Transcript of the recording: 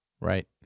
Right